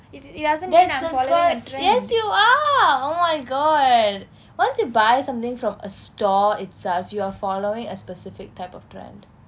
that's yes you are oh my god once you buy something from a store itself you are following a specific type of trend